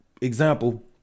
example